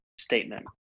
statement